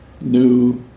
new